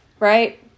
right